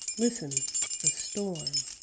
listen the storm!